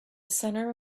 center